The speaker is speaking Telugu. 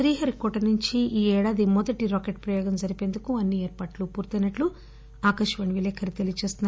శ్రీహరికోట నుంచి మొదటి రాకెట్ ప్రయోగం ఈ ఏడాది జరిపేందుకు అన్ని ఏర్పాట్లు పూర్తయినట్లు ఆకాశవాణి విలేకరి తెలియచేస్తున్నారు